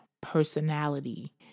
personality